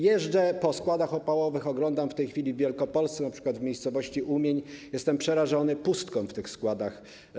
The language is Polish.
Jeżdżę po składach opałowych, oglądam je w tej chwili w Wielkopolsce, np. w miejscowości Umień, i jestem przerażony pustką w tych składach.